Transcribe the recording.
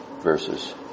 verses